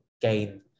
gain